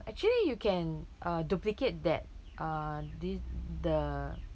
actually you can uh duplicate that uh th~ the